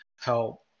help